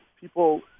people